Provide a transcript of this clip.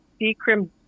decrim